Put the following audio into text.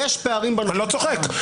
אני לא צוחק.